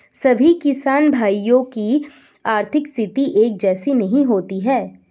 सभी किसान भाइयों की आर्थिक स्थिति एक जैसी नहीं होती है